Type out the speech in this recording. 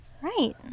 Right